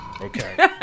Okay